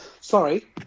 Sorry